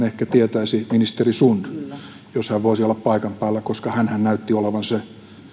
ehkä tietäisi ministeri sund jos hän voisi olla paikan päällä koska hänhän näytti olevan se